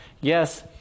Yes